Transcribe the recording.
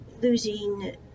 losing